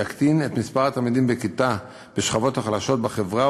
יקטין את מספר התלמידים בכיתה בשכבות החלשות בחברה,